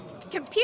Computer